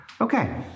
Okay